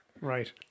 right